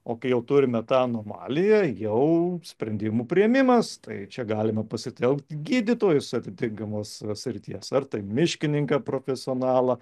o kai jau turime tą anomaliją jau sprendimų priėmimas tai čia galima pasitelkt gydytojus atitinkamos srities ar tai miškininką profesionalą